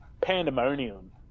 Pandemonium